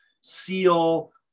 seal